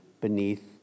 beneath